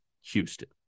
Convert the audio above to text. Houston